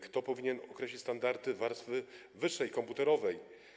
Kto powinien określić standardy warstwy wyższej, komputerowej?